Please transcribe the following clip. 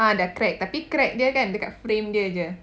ah dah crack tapi crack dia kan kat frame dia jer